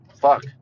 fuck